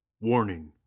Warning